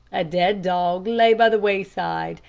a dead dog lay by the wayside,